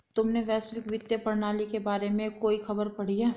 तुमने वैश्विक वित्तीय प्रणाली के बारे में कोई खबर पढ़ी है?